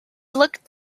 looked